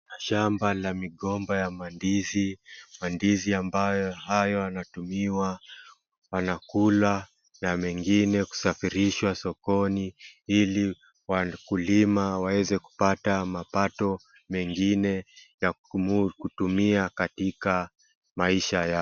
Shamba la migomba ya mandizi, mandizi ambayo yanatumiwa, yanakulwa na mengine kusafirishwa sokoni ili wakulima waweze kupata mapato mengine ya kutumia katika maisha yao.